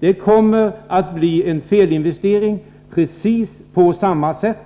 Det skulle komma att bli en felinvestering precis på samma sätt